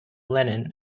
lenin